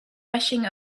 rushing